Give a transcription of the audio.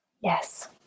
Yes